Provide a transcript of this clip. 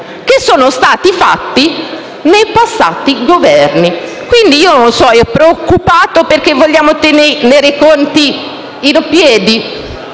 che sono stati fatti dai passati Governi. Quindi - non so - è preoccupato perché vogliamo tenere i conti in ordine?